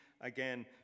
again